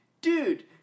dude